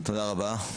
תודה רבה.